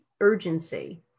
urgency